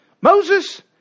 Moses